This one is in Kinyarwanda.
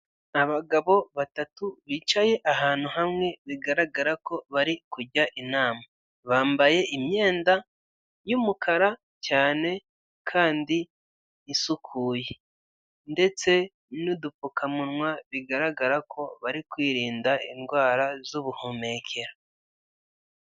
Abagabo batatu bicaye ahantu hamwe, bigaragara ko bari kujya inama. Bambaye imyenda y'umukara cyane kandi isukuye ndetse n'udupfukamunwa, bigaragara ko bari kwirinda indwara z'ubuhumekero.